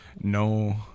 no